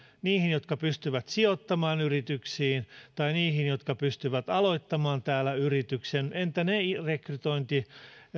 niihin jotka pystyvät sijoittamaan yrityksiin tai niihin jotka pystyvät aloittamaan täällä yrityksen entä ne rekrytoitavissa